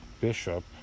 bishop